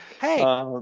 Hey